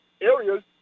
areas